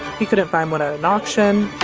he couldn't find one at an auction,